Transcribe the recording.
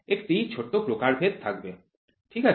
একটি ছোট প্রকারভেদ থাকবে ঠিক আছে